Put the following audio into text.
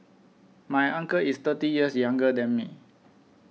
my uncle is thirty years younger than me